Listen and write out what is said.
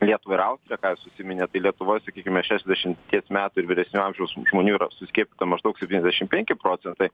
lietuvą ir austriją ką jūs užsiminėt tai lietuvoj sakykime šešiasdešimties metų ir vyresnio amžiaus žmonių yra suslėpta maždaug septyniasdešim penki procentai